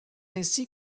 ainsi